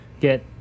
get